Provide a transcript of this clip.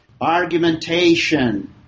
Argumentation